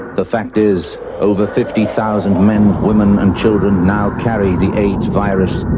the fact is, over fifty thousand men, women and children now carry the aids virus,